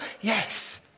Yes